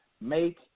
Make